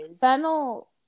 fennel